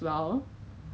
that cake